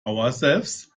ourselves